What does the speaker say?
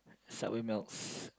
Subway melts